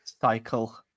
cycle